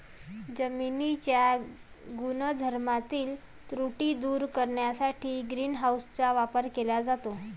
जमिनीच्या गुणधर्मातील त्रुटी दूर करण्यासाठी ग्रीन हाऊसचा वापर केला जातो